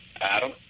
adam